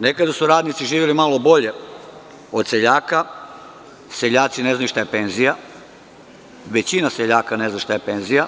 Nekada su radnici živeli malo bolje od seljaka, seljaci ne znaju šta je penzija, većina seljaka ne zna šta je penzija,